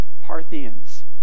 Parthians